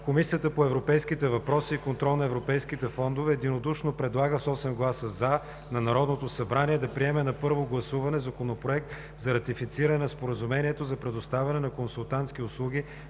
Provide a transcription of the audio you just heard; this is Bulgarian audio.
Комисията по европейските въпроси и контрол на европейските фондове единодушно предлага с 8 гласа „за” на Народното събрание да приеме на първо гласуване Законопроект за ратифициране на Споразумението за предоставяне на консултантски услуги